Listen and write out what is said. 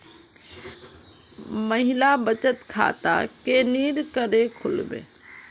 महिला बचत खाता केरीन करें खुलबे